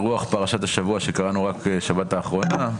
ברוח הדברים שקראנו בפרשת משפטים בשבת האחרונה: